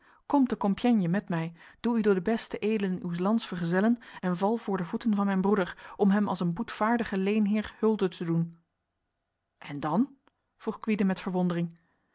kom te compiègne met mij doe u door de beste edelen uws lands vergezellen en val voor de voeten van mijn broeder om hem als een boetvaardige leenheer hulde te doen en dan vroeg gwyde met verwondering